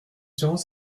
tirant